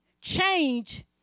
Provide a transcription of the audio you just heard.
change